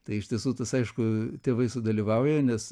tai iš tiesų tas aišku tėvai sudalyvauja nes